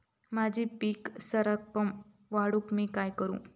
माझी पीक सराक्कन वाढूक मी काय करू?